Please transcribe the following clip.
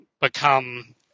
become